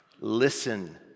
listen